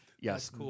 Yes